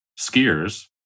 skiers